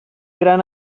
gran